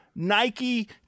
nike